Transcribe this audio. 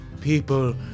People